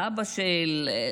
האבא של,